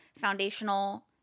foundational